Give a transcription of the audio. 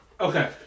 Okay